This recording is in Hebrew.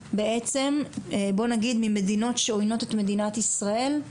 רישיון להוראה במדינת ישראל כשלומדים במדינות שעוינות את מדינת ישראל.